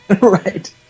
Right